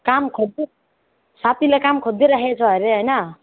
काम खोज्यो साथीले काम खोजिदिइराखेको छ अरे होइन